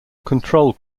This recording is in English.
control